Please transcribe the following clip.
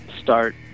start